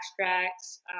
abstracts